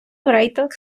рейтинг